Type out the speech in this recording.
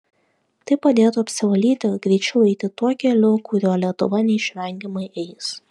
tai padėtų apsivalyti ir greičiau eiti tuo keliu kuriuo lietuva neišvengiamai eis